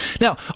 Now